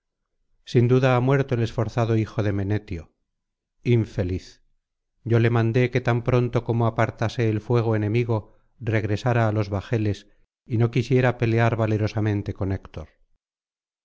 sin duda ha muerto el esforzado hijo de menetio infeliz yo le mandé que tan pronto como apartase el fuego enemigo regresara á los bajeles y no quisiera pelear valerosamente con héctor